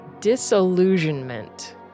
Disillusionment